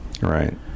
Right